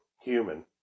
human